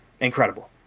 incredible